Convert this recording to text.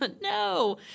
no